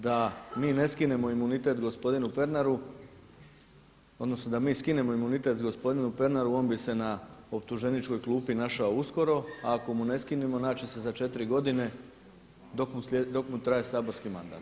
Da mi ne skinemo imunitet gospodinu Pernaru, odnosno da mi skinemo imunitet gospodinu Pernaru on bi se na optuženičkoj klupi našao uskoro a ako mu ne skinemo naći će se za 4 godine dok mu traje saborski mandat.